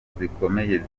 zikomeye